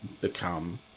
become